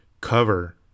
cover